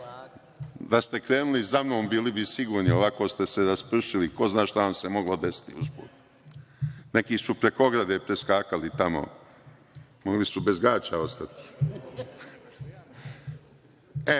Da ste krenuli za mnom bili biste sigurni, a ovako ste se raspršili. Ko zna šta vam se moglo desiti. Neki su preko ograde preskakali tamo. Mogli su bez gaća ostati. Dakle,